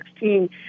2016